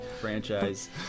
franchise